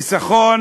חיסכון